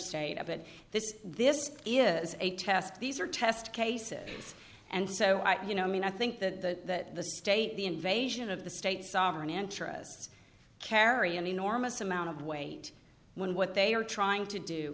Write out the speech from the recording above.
state a bit this this is a test these are test cases and so i you know i mean i think that the state the invasion of the state sovereign interests carry an enormous amount of weight when what they are trying to do